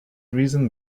reason